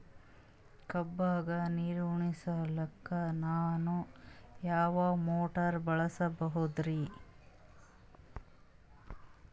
ಕಬ್ಬುಗ ನೀರುಣಿಸಲಕ ನಾನು ಯಾವ ಮೋಟಾರ್ ಬಳಸಬಹುದರಿ?